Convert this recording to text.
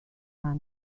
gar